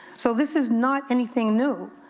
so this is not anything new,